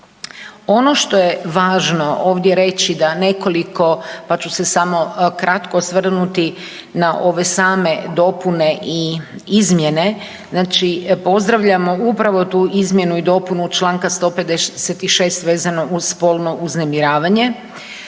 Ono što je važno ovdje reći, da nekoliko, pa ću se samo kratko osvrnuti na ove same dopune i izmjene, znači pozdravljamo upravo tu izmjenu i dopunu čl. 156 vezano uz spolno uznemiravanje,